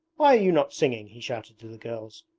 why are you not singing he shouted to the girls.